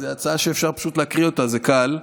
זו הצעה שאפשר פשוט להקריא אותה, זה קל.